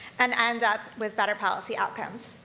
and end up with better policy outcomes.